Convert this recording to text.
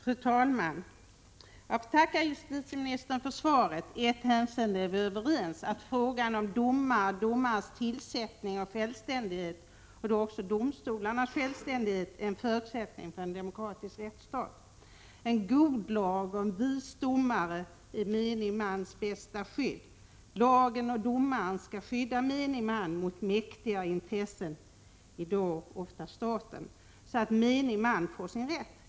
Fru talman! Jag får tacka justitieministern för svaret. I ett hänseende är vi överens, nämligen att frågan om domare, domares tillsättning och självständighet, och då också domstolarnas självständighet, är en förutsättning för en demokratisk rättsstat. En god lag och en vis domare är menige mans bästa skydd. Lagen och domaren skall skydda menige man mot mäktigare intressen, i dag ofta staten, så att menige man får sin rätt.